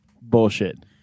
bullshit